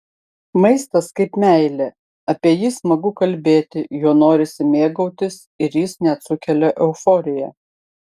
maistas kaip meilė apie jį smagu kalbėti juo norisi mėgautis ir jis net sukelia euforiją